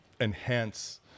enhance